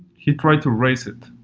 he tried to erase it,